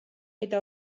eta